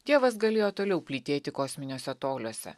dievas galėjo toliau plytėti kosminiuose toliuose